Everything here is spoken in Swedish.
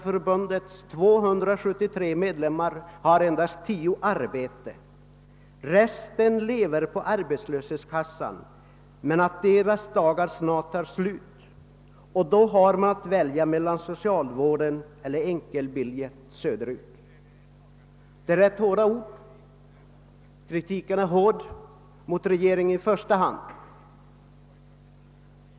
förbundets 273 medlemmar har endast 10 arbete, resten lever på arbetslöshetskassan men att ”deras dagar snart tar slut', och då har man att välja mellan socialvården eller enkelbiljett söderut>. — Det är ganska hårda ord. Kritiken är skarp, i första hand mot regeringen.